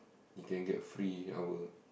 you can get a free hour